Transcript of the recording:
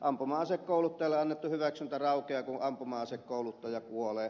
ampuma asekouluttajalle annettu hyväksyntä raukeaa kun ampuma asekouluttaja kuolee